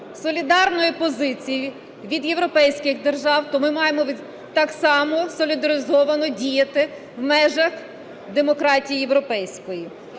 солідарної позиції від європейських держав, то ми маємо так само солідаризовано діяти в межах демократії європейської.